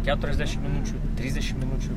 keturiasdešim trisdešim minučių